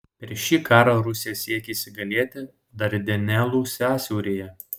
per šį karą rusija siekė įsigalėti dardanelų sąsiauryje